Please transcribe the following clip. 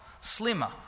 slimmer